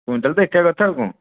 quintal ତ ଏକା କଥା ଆଉ କ'ଣ